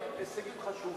הישגים חשובים,